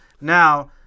now